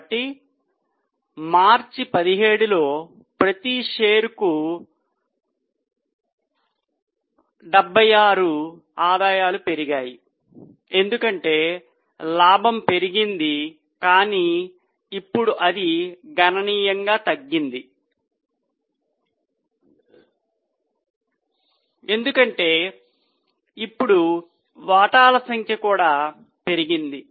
కాబట్టి మార్చి 17 లో ప్రతి షేరుకు 76 ఆదాయాలు పెరిగాయి ఎందుకంటే లాభం పెరిగింది కానీ ఇప్పుడు అది గణనీయంగా తగ్గింది ఎందుకంటే ఇప్పుడు వాటాల సంఖ్య కూడా పెరిగింది